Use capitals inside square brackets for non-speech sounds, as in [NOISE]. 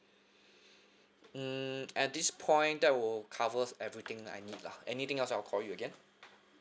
[BREATH] mm at this point that will covers everything I need lah anything else I will call you again